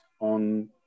on